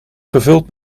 gevuld